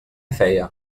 feia